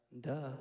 Duh